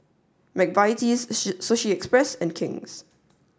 Mike Vitie's Sushi Express and King's